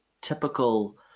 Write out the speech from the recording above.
typical